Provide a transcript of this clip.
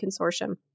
Consortium